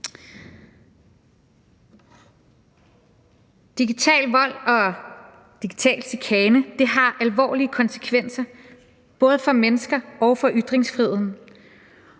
Digital vold og digital chikane har alvorlige konsekvenser, både for mennesker og for ytringsfriheden,